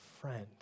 friend